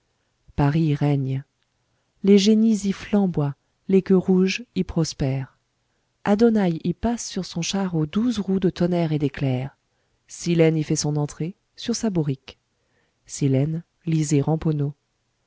paris règne les génies y flamboient les queues rouges y prospèrent adonaï y passe sur son char aux douze roues de tonnerre et d'éclairs silène y fait son entrée sur sa bourrique silène lisez